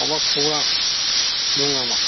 माबा खौरां दं नामा